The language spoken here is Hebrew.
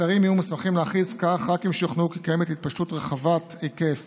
השרים יהיו מוסמכים להכריז כך רק אם שוכנעו כי קיימת התפשטות רחבת היקף